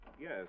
Yes